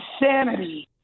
insanity